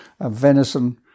Venison